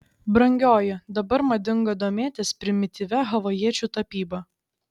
brangioji dabar madinga domėtis primityvia havajiečių tapyba